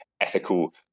ethical